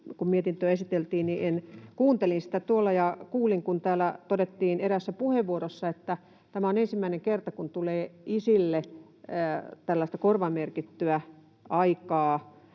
kerran esiteltiin — kuuntelin sitä tuolla ja kuulin, kun täällä todettiin eräässä puheenvuorossa, että tämä on ensimmäinen kerta, kun tulee isille tällaista korvamerkittyä aikaa